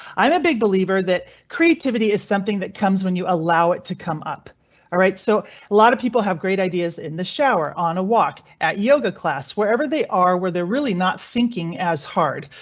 i'm a big believer that creativity is something that comes when you allow it to come up alright. so a lot of people have great ideas in the shower on a walk at yoga class, wherever they are, where they're really not thinking as hard.